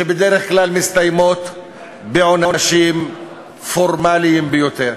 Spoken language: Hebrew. שבדרך כלל מסתיימים בעונשים פורמליים ביותר.